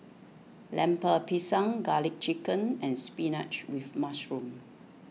Lemper Pisang Garlic Chicken and Spinach with Mushroom